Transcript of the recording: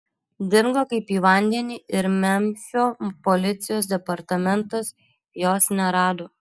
dingo kaip į vandenį ir memfio policijos departamentas jos nerado